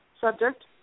subject